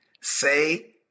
Say